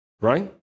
right